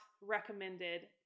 recommended